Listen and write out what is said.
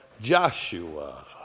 Joshua